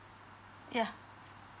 yeah